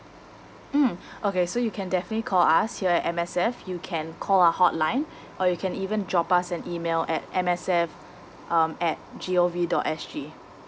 mm okay so you can definitely call us here at M_S_F you can call our hotline or you can even drop us an email at M_S_F um at g o v dot s g